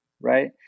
right